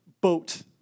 boat